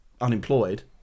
unemployed